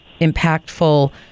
impactful